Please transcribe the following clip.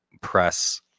press